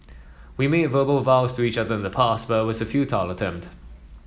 we made verbal vows to each other in the past but it was a futile attempt